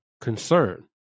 concern